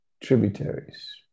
tributaries